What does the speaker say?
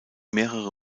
mehrere